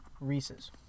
Reese's